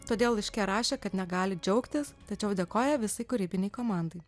todėl laiške rašė kad negali džiaugtis tačiau dėkoja visai kūrybinei komandai